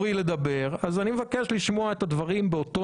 אני מבקש לשמוע את הדברים שלי באותה